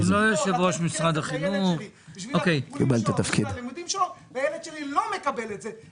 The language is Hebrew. --- לתת כסף לילד שלי והילד שלי לא מקבל את זה.